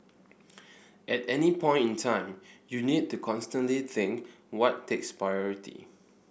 at any point in time you need to constantly think what takes priority